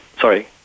Sorry